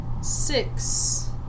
six